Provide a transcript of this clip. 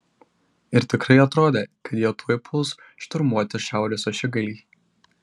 ir tikrai atrodė kad jie tuoj puls šturmuoti šiaurės ašigalį